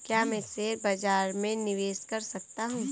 क्या मैं शेयर बाज़ार में निवेश कर सकता हूँ?